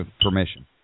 permission